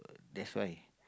that's why